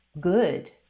good